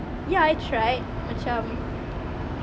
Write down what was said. ya I tried macam